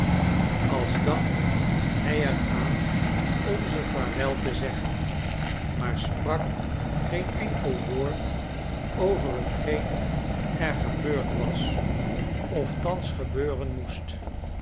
als dacht hij er aan om ze vaarwel te zeggen maar sprak geen enkel woord over hetgeen er gebeurd was of thans gebeuren moest